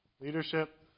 Leadership